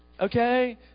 okay